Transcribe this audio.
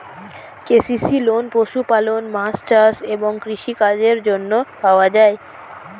KCC loan পশুপালন, মাছ চাষ এবং কৃষি কাজের জন্য পাওয়া যায়